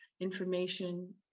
Information